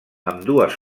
ambdues